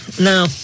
now